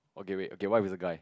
okay wait okay what if it's a guy